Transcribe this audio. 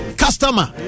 customer